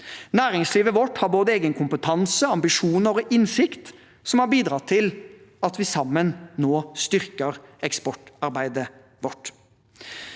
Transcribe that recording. Næringslivet vårt har både egen kompetanse, ambisjoner og innsikt som har bidratt til at vi sammen styrker eksportarbeidet vårt.